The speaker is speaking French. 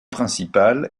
principale